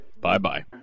Bye-bye